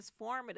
transformative